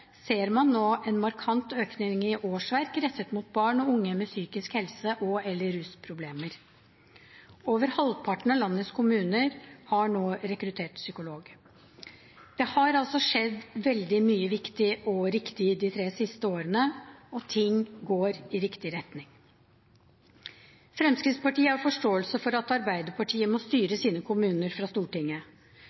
ser man nå en markant økning i årsverk rettet mot barn og unge med psykiske helse- og/eller rusproblemer. Over halvparten av landets kommuner og bydeler har nå rekruttert psykolog. Det har altså skjedd veldig mye viktig og riktig de tre siste årene, og ting går i riktig retning. Fremskrittspartiet har forståelse for at Arbeiderpartiet må styre sine kommuner fra Stortinget.